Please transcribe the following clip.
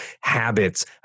habits